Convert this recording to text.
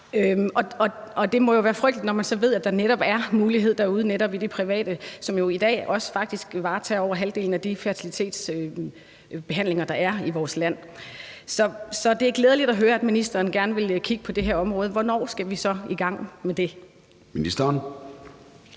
Det må jo være frygteligt, når man så ved, at der netop er en mulighed derude i det private, som i dag faktisk også varetager over halvdelen af de fertilitetsbehandlinger, der er i vores land. Så det er glædeligt at høre, at ministeren gerne vil kigge på det her område. Hvornår skal vi så i gang med det? Kl.